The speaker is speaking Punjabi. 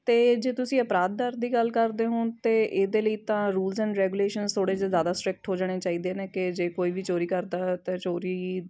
ਅਤੇ ਜੇ ਤੁਸੀਂ ਅਪਰਾਧ ਦਰ ਦੀ ਗੱਲ ਕਰਦੇ ਹੋ ਤਾਂ ਇਹਦੇ ਲਈ ਤਾਂ ਰੂਲਸ ਐਂਡ ਰੈਗੂਲੇਸ਼ਨ ਥੋੜ੍ਹੇ ਜਿਹੇ ਜ਼ਿਆਦਾ ਸਟਰਿਕਟ ਹੋ ਜਾਣੇ ਚਾਹੀਦੇ ਨੇ ਕਿ ਜੇ ਕੋਈ ਵੀ ਚੋਰੀ ਕਰਦਾ ਹੋਇਆ ਅਤੇ ਚੋਰੀ